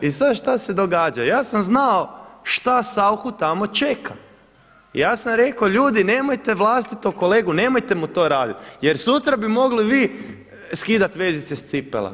I sada šta se događa, ja sam znao šta Sauchu tamo čeka, ja sam rekao ljudi nemojte vlastitog kolegu, nemojte mu to raditi, jer sutra bi mogli vi skidati vezice sa cipela.